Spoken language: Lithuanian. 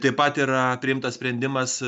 taip pat yra priimtas sprendimas